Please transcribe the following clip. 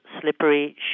slippery